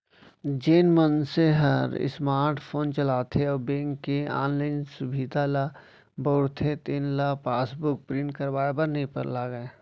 जेन मनसे हर स्मार्ट फोन चलाथे अउ बेंक के ऑनलाइन सुभीता ल बउरथे तेन ल पासबुक प्रिंट करवाए बर नइ लागय